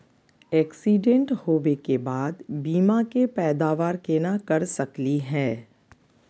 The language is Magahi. एक्सीडेंट होवे के बाद बीमा के पैदावार केना कर सकली हे?